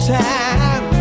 time